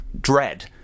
dread